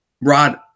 Rod